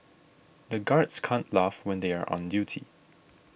the guards can't laugh when they are on duty